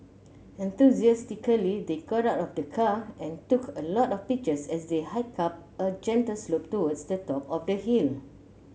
enthusiastically they got out of the car and took a lot of pictures as they hiked up a gentle slope towards the top of the hill